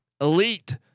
elite